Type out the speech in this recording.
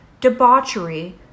debauchery